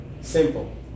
Simple